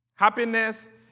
Happiness